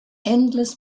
endless